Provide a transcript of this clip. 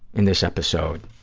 in this episode,